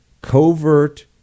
covert